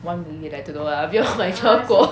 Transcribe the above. one million I don't know lah 我没有买车过